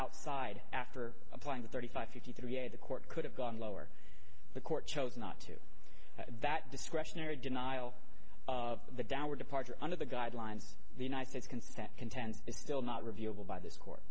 outside after applying the thirty five fifty three a the court could have gone lower the court chose not to that discretionary denial of the downward departure under the guidelines the united states consent contends is still not reviewable by this court